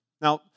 Now